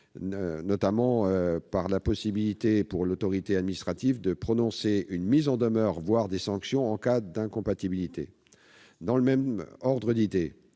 notamment en donnant la possibilité à l'autorité administrative de prononcer une mise en demeure, voire des sanctions, en cas d'incompatibilité. Dans le même ordre d'idées,